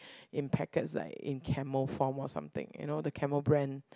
in packets like in camel form or something you know the Camel brand